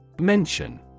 Mention